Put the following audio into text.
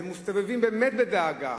והם מסתובבים באמת בדאגה,